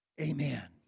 Amen